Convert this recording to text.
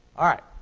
all right.